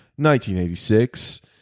1986